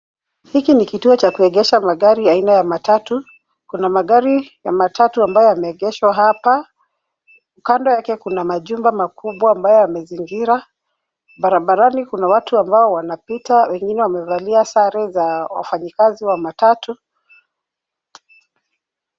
Hiki ni kituo cha kuegesha magari aina ya matatu. Kuna magari ya matatu ambayo yameegeshwa hapa. Kando yake kuna majumba makubwa ambayo yamezingira. Barabarani, kuna watu ambao wanapita, wengine wamevalia sare za wafanyikazi wa matatu.